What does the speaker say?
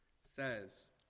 says